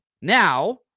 Now